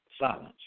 silence